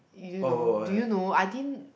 do you know did you know I didn't